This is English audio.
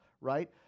right